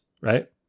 right